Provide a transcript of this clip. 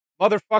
Motherfucker